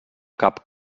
cap